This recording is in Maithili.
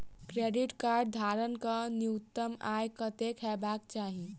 क्रेडिट कार्ड धारक कऽ न्यूनतम आय कत्तेक हेबाक चाहि?